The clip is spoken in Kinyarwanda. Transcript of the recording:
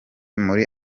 muri